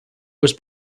was